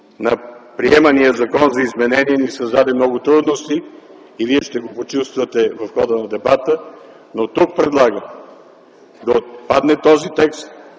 на приемания Закон за изменение ни създаде много трудности и вие ще го почувствате в хода на дебата. Предлагам тук да отпадне този текст,